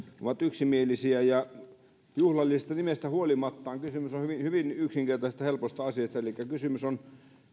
ovat yksimielisiä juhlallisesta nimestä huolimatta kysymys on hyvin yksinkertaisesta ja helposta asiasta elikkä kysymys on